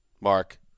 Mark